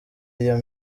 iyo